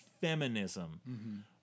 feminism